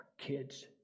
kids